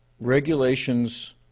Regulations